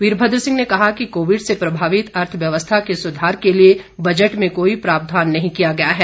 वीरभद्र सिंह ने कहा कि कोविड से प्रभावित अर्थव्यवस्था के सुधार के लिए बजट में कोई प्रावधान नही किया गया है